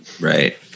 Right